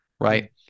right